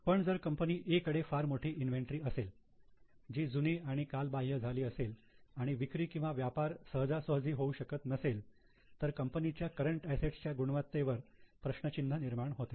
पण जर company A कडे फार मोठी इन्व्हेंटरी असेल जी जुनी आणि कालबाह्य झाली असेल आणि विक्री किंवा व्यापार सहजासहजी होऊ शकत नसेल तर कंपनीच्या करंट असेट्स च्या गुणवत्तेवर प्रश्नचिन्ह निर्माण होते